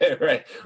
Right